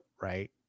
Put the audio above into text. right